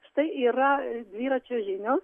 štai yra dviračio žinių